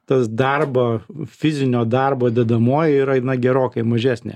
tas darbo fizinio darbo dedamoji na gerokai mažesnė